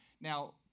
now